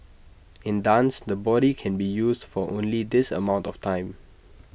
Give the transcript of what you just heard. in dance the body can be used for only this amount of time